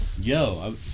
Yo